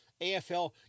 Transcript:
AFL